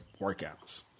workouts